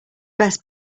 best